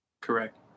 Correct